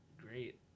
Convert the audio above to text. great